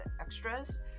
extras